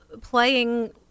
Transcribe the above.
playing